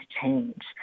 change